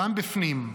גם בפנים,